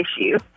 issue